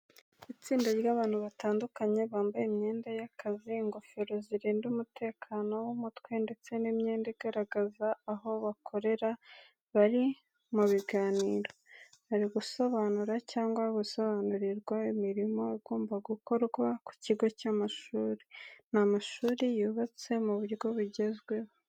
Itsinda ry'abantu batandukanye bambaye imyenda y'akazi, ingofero zirinda umutekano w'umutwe ndetse n'imyenda igaragaza aho bakorera bari mu biganiro. Bari gusobanura cyangwa gusobanurirwa imirimo igomba gukorwa ku kigo cy'amashuri. Ni amashuri yubatse mu buryo bugezweho.